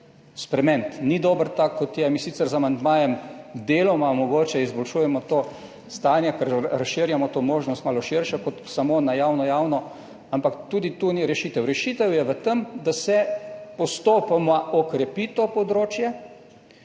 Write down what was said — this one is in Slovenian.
spremeniti, ni dober tak kot je. Mi sicer z amandmajem deloma mogoče izboljšujemo to stanje, ker razširjamo to možnost malo širše kot samo na javno, javno, ampak tudi tu ni rešitev. Rešitev je v tem, da se postopoma okrepi to področje